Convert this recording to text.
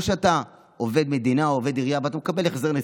או שאתה עובד מדינה או עובד עירייה ואתה מקבל